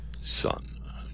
Son